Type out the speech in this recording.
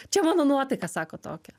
čia mano nuotaika sako tokia